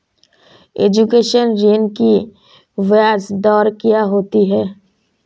Education ऋृण की ब्याज दर क्या होती हैं?